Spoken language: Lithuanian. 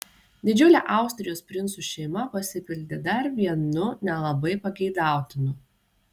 didžiulė austrijos princų šeima pasipildė dar vienu nelabai pageidautinu